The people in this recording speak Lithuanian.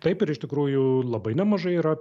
taip ir iš tikrųjų labai nemažai yra